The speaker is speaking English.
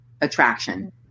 attraction